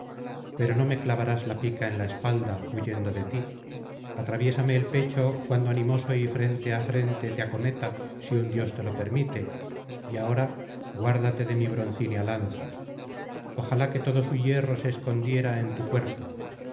pero no me clavarás la pica en la espalda huyendo de ti atraviésame el pecho cuando animoso y frente á frente te acometa si un dios te lo permite y ahora guárdate de mi broncínea lanza ojalá que todo su hierro se escondiera en tu cuerpo